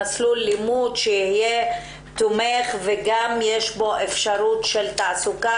מסלול לימוד שיהיה תומך ושיש בו גם אפשרות של תעסוקה,